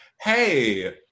hey